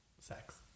sex